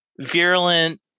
virulent